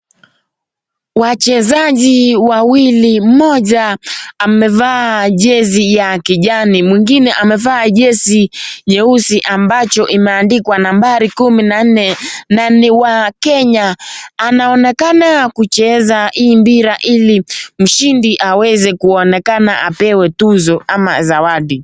Wachezaji wawili, mmoja amevaa jezi ya kijani mwengine amevaa jezi nyeusi ambacho iliyoandikwa nambari kumi na nne na ni wa Kenya anaonekana kucheza hii mpira ili mshindi aweze kuonekana apewe tuzo au zawadi.